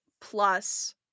plus